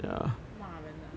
骂人的下场